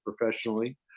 professionally